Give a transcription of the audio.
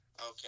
okay